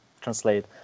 translate